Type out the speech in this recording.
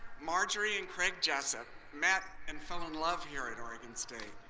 marjorie and craig jessup, met and fell in love here at oregon state.